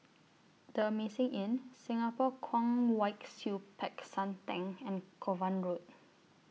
The Amazing Inn Singapore Kwong Wai Siew Peck San Theng and Kovan Road